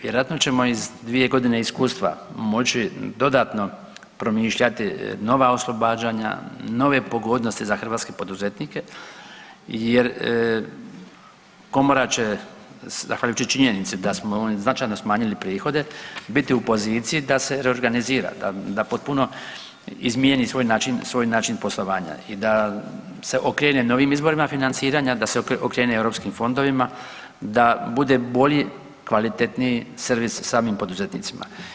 Vjerojatno ćemo iz 2 godine iskustva moći dodatno promišljati nova oslobađanja, nove pogodnosti za hrvatske poduzetnike jer komora će zahvaljujući činjenici da smo značajno smanjili prihode biti u poziciji da se reorganizira, da potpuno izmijeni svoj način poslovanja i da se okrene novim izvorima financiranja, da se okrene Europskim fondovima, da bude bolji, kvalitetniji servis samim poduzetnicima.